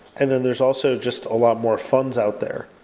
and then there's also just a lot more funds out there.